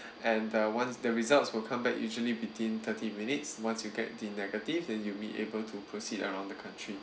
and uh once the results will come back usually within thirty minutes once you get the negative then you'll be able to proceed around the country